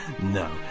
No